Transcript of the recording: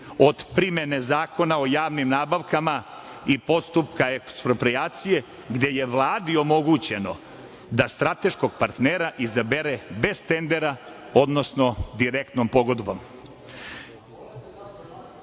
od primene Zakona o javnim nabavkama i postupka eksproprijacije, gde je Vladi omogućeno da strateškog partnera izabere bez tendera, odnosno direktnom pogodbom. Znači,